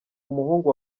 umuhungu